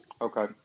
Okay